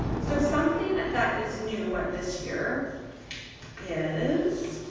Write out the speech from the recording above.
so something that is new this year is,